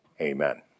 Amen